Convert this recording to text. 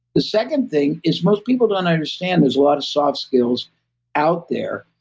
the second thing is most people don't understand there's a lot of soft skills out there.